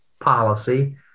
policy